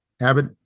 Abbott